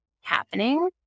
happening